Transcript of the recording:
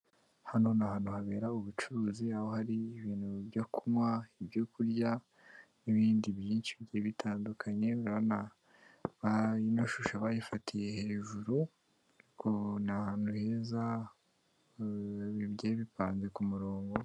Hano ni ahantu habera ubucuruzi aho hari ibintu byo kunywa, ibyo kurya n'ibindi byinshi bigiye bitandukanye, urabona ino shusho bayifatiye hejuru, ni ahantu heza ibintu bigiye bipanze ku murongo.